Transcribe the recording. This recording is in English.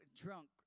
drunk